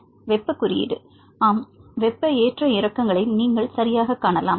மாணவர் வெப்ப குறியீடூ ஆம் வெப்ப ஏற்ற இறக்கங்களை நீங்கள் சரியாகக் காணலாம்